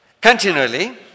continually